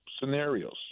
scenarios